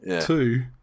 Two